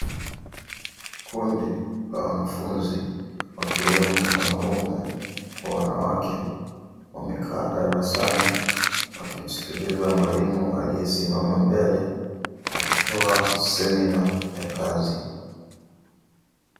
Kundi la wanafunzi wakiwemo wanaume kwa wanawake wamekaa darasani wakimsikiliza mwalimu aliyesimama mbele akitoa semina ya kazi.